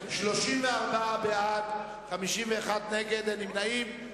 34 בעד, 51 נגד, אין נמנעים.